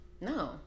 No